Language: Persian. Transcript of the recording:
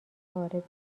وارد